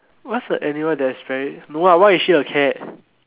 what's the animal that is very no why is she a cat